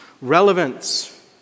relevance